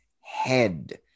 head